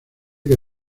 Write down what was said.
que